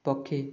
ପକ୍ଷୀ